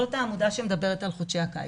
זאת העמודה שמדברת על חודשי הקיץ,